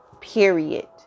Period